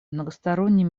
многосторонний